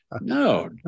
no